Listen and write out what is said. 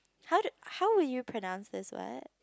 how to how would you pronounce this word